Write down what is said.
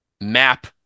map